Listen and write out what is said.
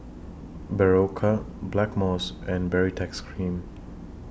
Berocca Blackmores and Baritex Cream